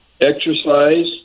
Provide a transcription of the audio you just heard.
exercise